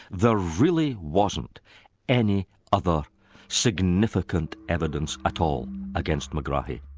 there really wasn't any other significant evidence at all against megrahi.